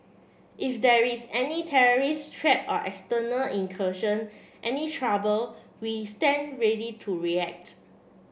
if there is any terrorist threat or external incursion any trouble we stand ready to react